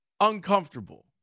uncomfortable